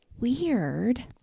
Weird